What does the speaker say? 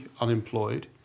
unemployed